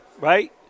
right